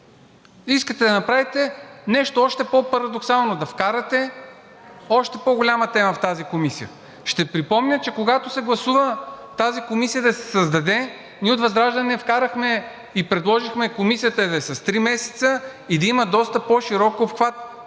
Искате да направите нещо още по-парадоксално – да вкарате още по-голяма тема в тази комисия. Ще припомня, че когато се гласува тази комисия да се създаде, ние от ВЪЗРАЖДАНЕ вкарахме и предложихме комисията да е с три месеца и да има доста по-широк обхват.